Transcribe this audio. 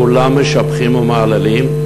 כולם משבחים ומהללים,